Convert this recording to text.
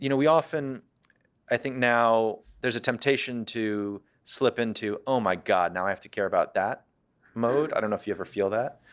you know we often i think now there's a temptation to slip into, oh my god, now i have to care about that mode. i don't know if you ever feel that.